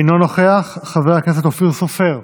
אינו נוכח, חבר הכנסת אופיר סופר,